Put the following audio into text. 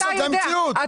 זו המציאות.